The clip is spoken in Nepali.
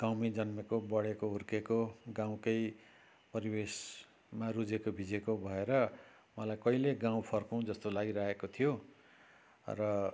गाउँमै जन्मेको बढेको हुर्केको गाउँकै परिवेशमा रुजेको भिजेको भएर मलाई कहिले गाउँ फर्कौँ जस्तो लागि रहेको थियो र